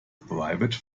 private